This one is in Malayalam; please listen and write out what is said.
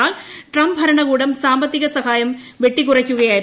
എന്നാൽ ട്രംപ് ഭരണകൂടം സാമ്പത്തിക സഹായം വെട്ടിക്കുറയ്ക്കുകയായിരുന്നു